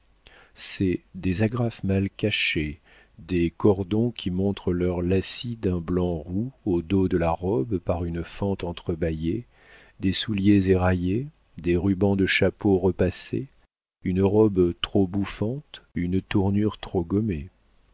sont des agrafes mal cachées des cordons qui montrent leur lacis d'un blanc roux au dos de la robe par une fente entrebâillée des souliers éraillés des rubans de chapeau repassés une robe trop bouffante une tournure trop gommée